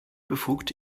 befugt